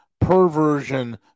perversion